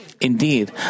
Indeed